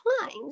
times